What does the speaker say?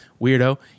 weirdo